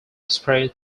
spread